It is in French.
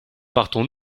partons